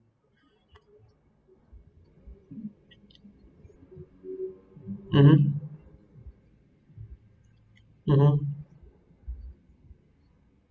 mmhmm